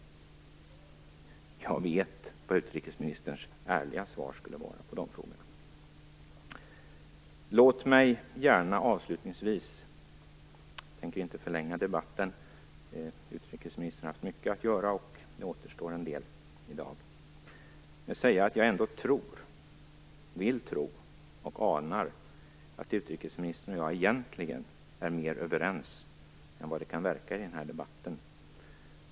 Jag vet vad utrikesministerns ärliga svar skulle vara på dessa frågor. Jag tänker inte förlänga debatten. Utrikesministern har haft mycket att göra, och det återstår en del i dag. Låt mig avslutningsvis säga att jag ändå tror, vill tro och anar att utrikesministern och jag egentligen är mer överens än vad det kan verka i den här debatten.